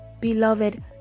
Beloved